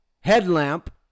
headlamp